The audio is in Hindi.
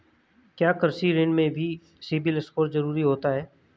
क्या कृषि ऋण में भी सिबिल स्कोर जरूरी होता है?